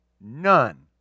none